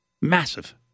Massive